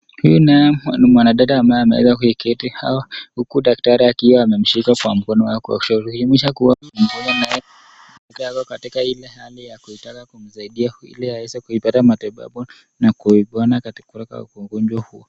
Huyu naye ni mwanadada ambaye ameweza kuketi huku daktari akiwa amemshika kwa mkono wake wa kushoto, kujulisha kuwa mgonjwa naye ako katika ile hali ya kutaka kumsaidia ili aweze kuipata matibabu na kupona kutoka kwa ugonjwa.